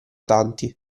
tanti